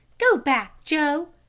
go back, joe,